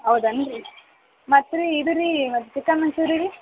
ಹೌದೇನು ರೀ ಮತ್ತು ರೀ ಇದು ರೀ ಮತ್ತು ಚಿಕನ್ ಮಂಚೂರಿ ರೀ